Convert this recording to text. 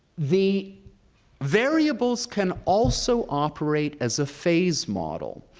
the variables can also operate as a phase model,